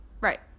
Right